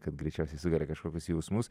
kad greičiausiai sukelia kažkokius jausmus